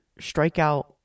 strikeout